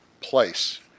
place